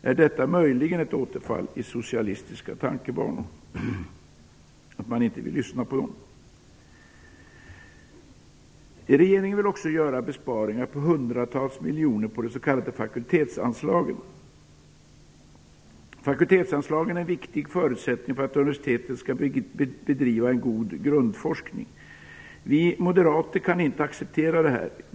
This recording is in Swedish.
Är det möjligen ett återfall i socialistiska tankebanor att man inte vill lyssna på dem? Regeringen vill också göra besparingar på 100-tals miljoner på de s.k. fakultetsanslagen. Fakultetsanslagen är en viktig förutsättning för att universiteten skall bedriva en god grundforskning. Vi moderater kan inte acceptera detta.